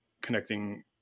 connecting